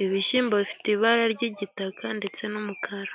Ibi bishyimbo bifite ibara ry'igitaka ndetse n'umukara.